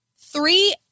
three